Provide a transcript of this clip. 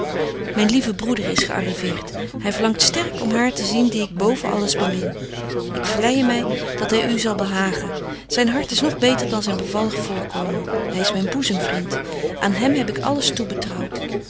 myn lieve broeder is gearriveert hy verlangt sterk om haar te zien die ik boven alles bemin ik vleije my dat hy u zal behagen zyn hart is nog beter dan zyn bevallig voorkomen hy is myn boezemvriend aan hem heb ik alles toebetrouwt